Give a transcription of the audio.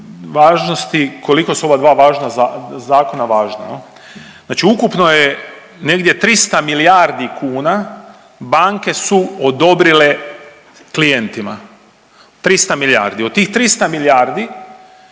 važnosti koliko su ova dva važna zakona važna jel. Znači ukupno je, negdje 300 milijardi kuna banke su odobrile klijentima, 300 milijardi. Od tih 300 milijardi